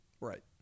Right